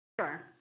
Sure